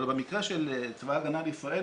אבל במקרה של צבא ההגנה לישראל,